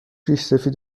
ریشسفید